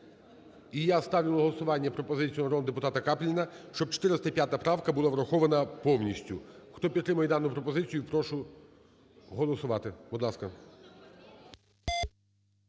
І я ставлю на голосування пропозицію народного депутата Капліна, щоб 405 правка була врахована повністю. Хто підтримує дану пропозицію прошу голосувати.